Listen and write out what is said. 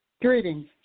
Greetings